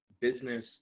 business